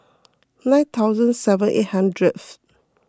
nine thousand seven eight hundreds